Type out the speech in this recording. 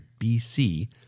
BC